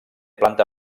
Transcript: planta